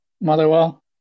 Motherwell